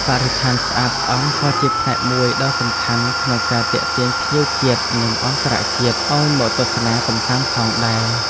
បរិស្ថានស្អាតស្អំក៏ជាផ្នែកមួយដ៏សំខាន់ក្នុងការទាក់ទាញភ្ញៀវជាតិនិងអន្តរជាតិឱ្យមកទស្សនាកម្សាន្តផងដែរ។